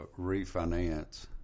refinance